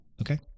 Okay